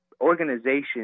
organization